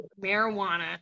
Marijuana